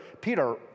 Peter